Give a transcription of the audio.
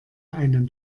einen